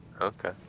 Okay